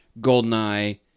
GoldenEye